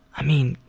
i mean,